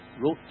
wrote